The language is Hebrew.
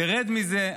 תרד מזה,